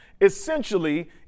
essentially